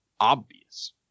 obvious